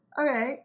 Okay